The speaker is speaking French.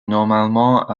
normalement